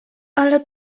ale